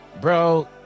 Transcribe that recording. Bro